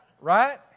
Right